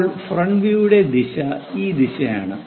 ഇപ്പോൾ ഫ്രണ്ട് വ്യൂയുടെ ദിശ ഈ ദിശയാണ്